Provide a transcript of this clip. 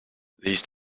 these